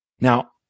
Now